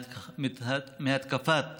מהתקפת